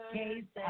case